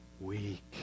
weak